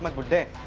like with an